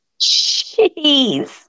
jeez